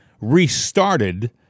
restarted